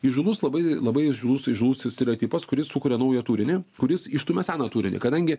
įžūlus labai labai įžūlus įžūlus stereotipas kuris sukuria naują turinį kuris išstumia seną turinį kadangi